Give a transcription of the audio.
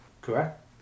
Correct